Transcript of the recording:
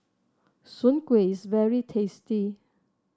Soon Kuih is very tasty